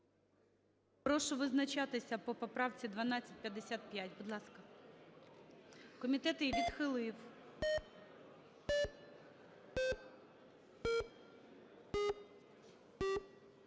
Прошу визначатися по поправці 1255. Будь ласка. Комітет її відхилив.